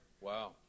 Wow